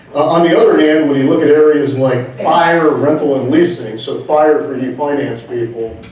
on the other hand, we look at areas like fire, rental, and leasing, so fire for you finance people,